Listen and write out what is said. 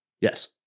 yes